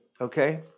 okay